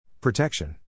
Protection